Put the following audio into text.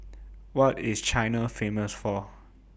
What IS China Famous For